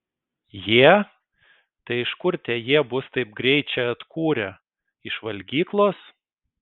jie tai iš kur tie jie bus taip greit čia atkūrę iš valgyklos